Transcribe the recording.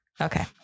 Okay